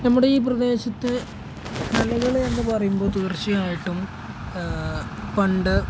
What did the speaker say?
നമ്മുടെ ഈ പ്രദേശത്തെ കലകൾ എന്നു പറയുമ്പോൾ തീർച്ചയായിട്ടും പണ്ട്